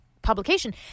publication